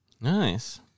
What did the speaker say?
Nice